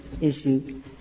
issue